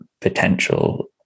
potential